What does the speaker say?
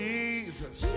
Jesus